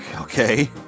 okay